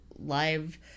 Live